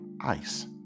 Ice